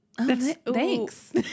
Thanks